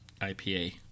IPA